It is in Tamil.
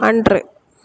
அன்று